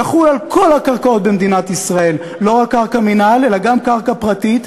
תחול על כל הקרקעות במדינת ישראל: לא רק קרקע מינהל אלא גם קרקע פרטית,